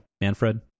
Manfred